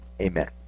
Amen